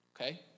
okay